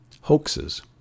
Hoaxes